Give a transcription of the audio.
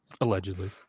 Allegedly